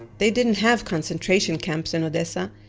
they didn't have concentration camps in odessa.